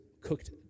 cooked